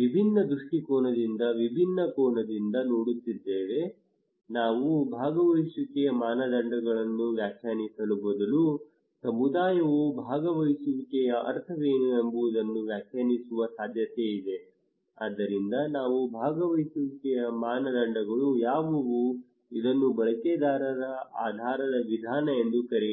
ವಿಭಿನ್ನ ದೃಷ್ಟಿಕೋನದಿಂದ ವಿಭಿನ್ನ ಕೋನದಿಂದ ನೋಡುತ್ತಿದ್ದೇವೆ ನಾವು ಭಾಗವಹಿಸುವಿಕೆಯ ಮಾನದಂಡವನ್ನು ವ್ಯಾಖ್ಯಾನಿಸುವ ಬದಲು ಸಮುದಾಯವು ಭಾಗವಹಿಸುವಿಕೆಯ ಅರ್ಥವೇನು ಎಂಬುದನ್ನು ವ್ಯಾಖ್ಯಾನಿಸುವ ಸಾಧ್ಯತೆಯಿದೆ ಆದ್ದರಿಂದ ನಾವು ಭಾಗವಹಿಸುವಿಕೆಯ ಮಾನದಂಡಗಳು ಯಾವುವು ಇದನ್ನು ಬಳಕೆದಾರ ಆಧಾರಿತ ವಿಧಾನ ಎಂದು ಕರೆಯಿರಿ